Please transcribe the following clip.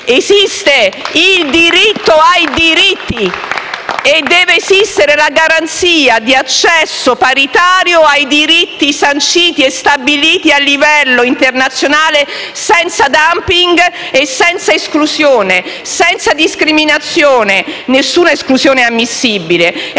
Esiste il diritto ai diritti e deve esistere la garanzia di accesso paritario ai diritti sanciti e stabiliti a livello internazionale, senza *dumping*, senza esclusione e senza discriminazione. Nessuna esclusione è ammissibile.